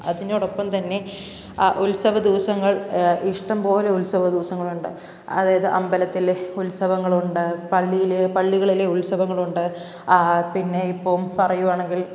അതിനോടൊപ്പം തന്നെ ഉത്സവ ദിവസങ്ങള് ഇഷ്ടം പോലെ ഉത്സവ ദിവസങ്ങളുണ്ട് അതായത് അമ്പലത്തിൽ ഉത്സവങ്ങളുണ്ട് പള്ളിയിലെ പള്ളികളിലെ ഉത്സവങ്ങളുണ്ട് പിന്നെ ഇപ്പം പറയുകയാണെങ്കില്